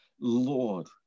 Lord